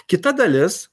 kita dalis